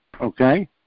Okay